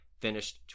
finished